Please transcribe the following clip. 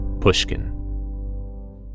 Pushkin